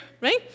right